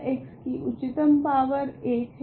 X की उच्चतम power 1 है